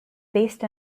based